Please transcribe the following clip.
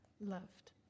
loved